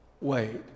wait